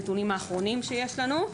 הנתונים האחרונים שיש לנו.